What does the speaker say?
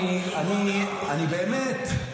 באמת,